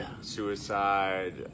suicide